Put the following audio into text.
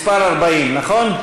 מס' 40, נכון?